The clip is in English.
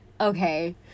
Okay